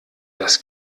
das